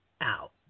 out